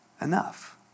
enough